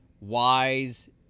wise